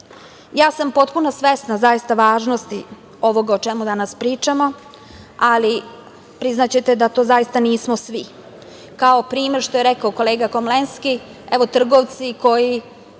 Ja sam potpuno svesna zaista važnosti ovoga o čemu danas pričamo, ali priznaćete da to zaista nismo svi. Kao primer, što je rekao kolega Komlenski, evo, trgovci koji